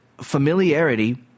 familiarity